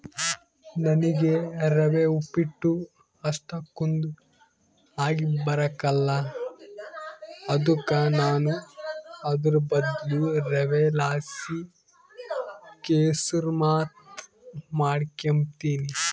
ನನಿಗೆ ರವೆ ಉಪ್ಪಿಟ್ಟು ಅಷ್ಟಕೊಂದ್ ಆಗಿಬರಕಲ್ಲ ಅದುಕ ನಾನು ಅದುರ್ ಬದ್ಲು ರವೆಲಾಸಿ ಕೆಸುರ್ಮಾತ್ ಮಾಡಿಕೆಂಬ್ತೀನಿ